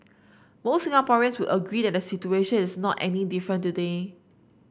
most Singaporeans would agree that the situation is not any different today